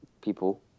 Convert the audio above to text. people